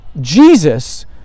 Jesus